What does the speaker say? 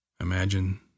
Imagine